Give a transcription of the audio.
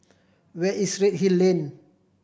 where is Redhill Lane